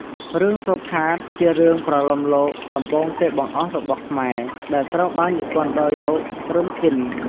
រឿងសូផាត ជារឿងប្រលោមលោកដំបូងគេបង្អស់របស់ខ្មែរ ដែលត្រូវបាននិពន្ធដោយ លោក រឹម គិន។